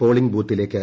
polling ബൂത്തിലേക്ക്